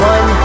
One